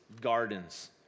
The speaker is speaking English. gardens